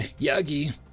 Yagi